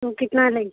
तो कितना लेंगी